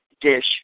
dish